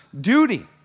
duty